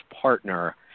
partner